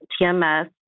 TMS